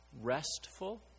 restful